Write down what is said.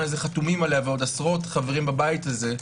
הזה חתומים עליה ועוד עשרות חברים בבית הזה,